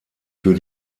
für